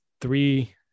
three